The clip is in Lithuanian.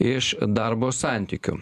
iš darbo santykių